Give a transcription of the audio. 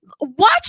Watch